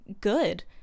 good